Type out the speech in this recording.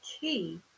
key